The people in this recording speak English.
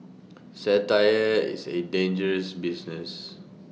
satire is A dangerous business